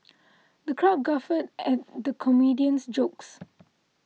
the crowd guffawed at the comedian's jokes